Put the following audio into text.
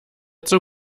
zur